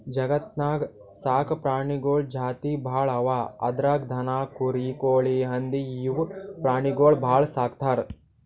ಜಗತ್ತ್ನಾಗ್ ಸಾಕ್ ಪ್ರಾಣಿಗಳ್ ಜಾತಿ ಭಾಳ್ ಅವಾ ಅದ್ರಾಗ್ ದನ, ಕುರಿ, ಕೋಳಿ, ಹಂದಿ ಇವ್ ಪ್ರಾಣಿಗೊಳ್ ಭಾಳ್ ಸಾಕ್ತರ್